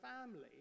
family